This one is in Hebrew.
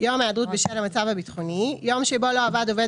"יום היעדרות בשל המצב הביטחוני" יום שבו לא עבד עובד